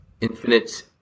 Infinite